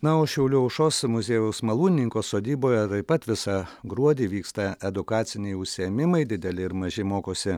na o šiaulių aušros muziejaus malūnininko sodyboje taip pat visą gruodį vyksta edukaciniai užsiėmimai dideli ir maži mokosi